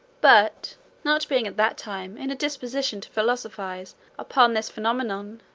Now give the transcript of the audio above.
but not being at that time in a disposition to philosophise upon this phenomenon,